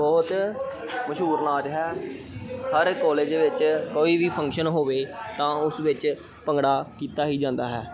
ਬਹੁਤ ਮਸ਼ਹੂਰ ਨਾਚ ਹੈ ਹਰ ਇੱਕ ਕੋਲਜ ਵਿੱਚ ਕੋਈ ਵੀ ਫੰਕਸ਼ਨ ਹੋਵੇ ਤਾਂ ਉਸ ਵਿੱਚ ਭੰਗੜਾ ਕੀਤਾ ਹੀ ਜਾਂਦਾ ਹੈ